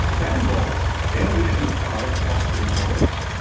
that involves devolution of power to hospital boards,